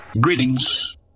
Greetings